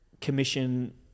commission